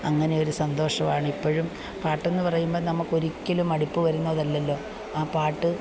അങ്ങനെ ഒരു സന്തോഷമാണിപ്പോഴും പാട്ടെന്നു പറയുമ്പം നമുക്ക് ഒരിക്കലും മടുപ്പുവരുന്നതല്ലല്ലോ ആ പാട്ട്